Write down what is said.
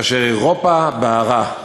כאשר אירופה בערה,